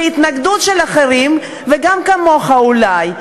מול התנגדות של אחרים, גם כמוך אולי.